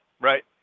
right